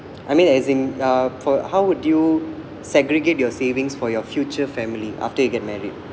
I mean as in uh for how would you segregate your savings for your future family after you get married